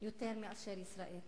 יותר מאשר ישראל.